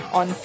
on